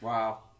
Wow